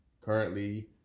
currently